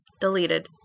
deleted